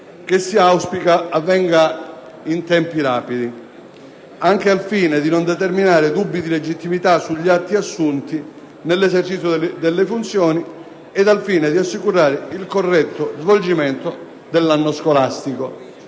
che si auspica avvenga in tempi rapidi, anche al fine di non ingenerare dubbi di legittimità sugli atti adottati nell'esercizio delle funzioni e di assicurare il corretto svolgimento dell'anno scolastico.